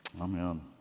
Amen